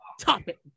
topic